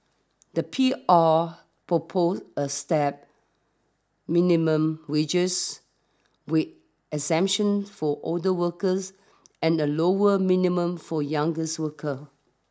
the P R proposed a stepped minimum wages wit exemptions for older workers and a lower minimum for youngest worker